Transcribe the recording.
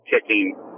kicking